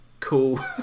Cool